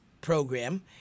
program